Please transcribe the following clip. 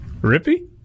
Rippy